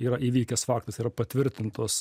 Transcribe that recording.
yra įvykęs faktas yra patvirtintos